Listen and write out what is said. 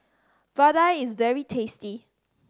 vadai is very tasty